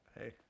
Hey